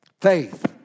faith